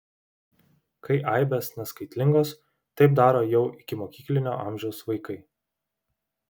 kai aibės neskaitlingos taip daro jau ikimokyklinio amžiaus vaikai